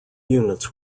units